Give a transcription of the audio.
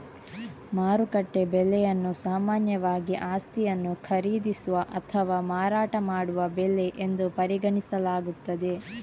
ಮಾರುಕಟ್ಟೆ ಬೆಲೆಯನ್ನು ಸಾಮಾನ್ಯವಾಗಿ ಆಸ್ತಿಯನ್ನು ಖರೀದಿಸುವ ಅಥವಾ ಮಾರಾಟ ಮಾಡುವ ಬೆಲೆ ಎಂದು ಪರಿಗಣಿಸಲಾಗುತ್ತದೆ